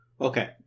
Okay